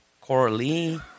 Coralie